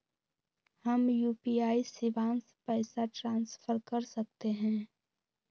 हम यू.पी.आई शिवांश पैसा ट्रांसफर कर सकते हैं?